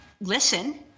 listen